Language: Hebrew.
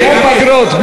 בלי הפגרות.